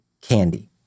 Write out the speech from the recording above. candy